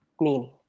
meaning